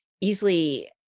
easily